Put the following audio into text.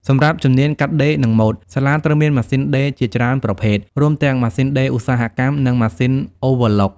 សម្រាប់ជំនាញ កាត់ដេរនិងម៉ូដ សាលាត្រូវមានម៉ាស៊ីនដេរជាច្រើនប្រភេទ រួមទាំងម៉ាស៊ីនដេរឧស្សាហកម្មនិងម៉ាស៊ីនអូវើឡុក។